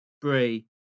Brie